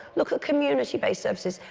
look at community-based services.